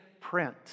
print